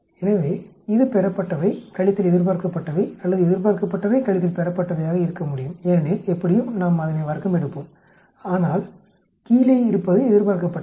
எனவே இது பெறப்பட்டவை கழித்தல் எதிர்பார்க்கப்பட்டவை அல்லது எதிர்பார்க்கப்பட்டவை கழித்தல் பெறப்பட்டவையாக இருக்க முடியும் ஏனெனில் எப்படியும் நாம் அதனை வர்க்கமெடுப்போம் அனால் கீழே இருப்பது எதிர்பார்க்கப்பட்டவை